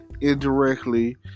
Indirectly